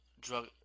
drug